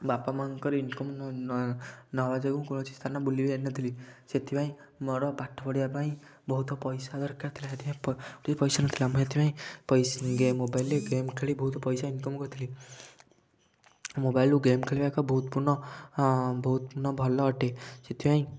ବାପା ମାଁ ଙ୍କର ଇନକମ ନ ହେବା ଯୋଗୁଁ ମୁଁ କୌଣସି ସ୍ଥାନ ବୁଲି ବି ଯାଇ ନ ଥିଲି ସେଥିପାଇଁ ମୋର ପାଠ ପଢ଼ିବା ପାଇଁ ବହୁତ ପଇସା ଦରକାର ଥିଲା ସେଥିପାଇଁ ପଇସା ନଥିଲା ମୁଁ ସେଥିପାଇଁ ମୁଁ ମୋବାଇଲରେ ଗେମ ଖେଳି ବହୁତ ପଇସା ଇନକମ କରିଥିଲି ମୋବାଇଲରୁ ଗେମ ଖେଳିବା ଏକ ବହୁତପୂର୍ଣ୍ଣ ବହୁତପୂର୍ଣ୍ଣ ଭଲ ଅଟେ ସେଥିପାଇଁ